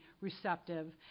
receptive